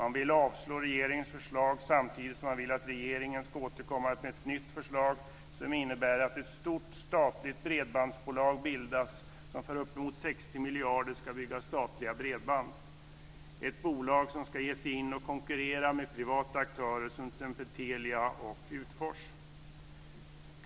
Man vill avslå regeringens förslag samtidigt som man vill att regeringen ska återkomma med ett nytt förslag som innebär att ett stort statligt bredbandsbolag bildas som för uppemot 60 miljarder ska bygga statliga bredband - ett bolag som ska ge sig in och konkurrera med privata aktörer som t.ex. Telia och Utfors.